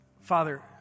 Father